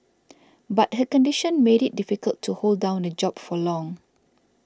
but her condition made it difficult to hold down a job for long